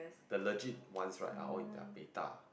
the legit ones right are all in their beta